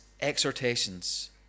exhortations